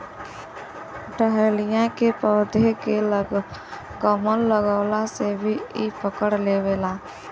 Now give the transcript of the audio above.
dahlia के पौधा के कलम लगवले से भी इ पकड़ लेवला